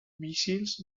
míssils